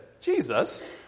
Jesus